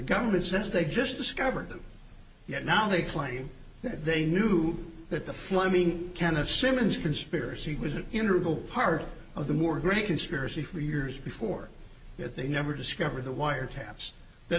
government says they just discovered them yet now they claim that they knew that the fleming kenna simmons conspiracy was an interval part of the more great conspiracy for years before that they never discovered the wiretaps that